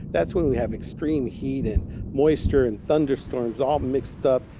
that's when we have extreme heat and moisture and thunderstorms, all mixed up.